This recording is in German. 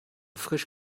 frisch